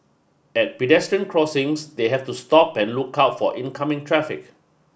at pedestrian crossings they have to stop and look out for oncoming traffic